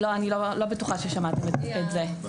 לא, אני לא בטוחה ששמעתם את זה.